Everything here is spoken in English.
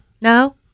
No